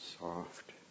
soft